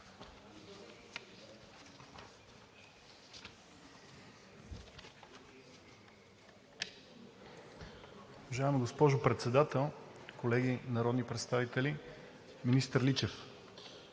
Уважаема госпожо Председател, колеги народни представители, министър Личев!